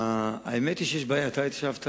מה קרה לנו כעם יהודי?